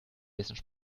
bisschen